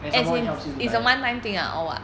and some more it helps you to diet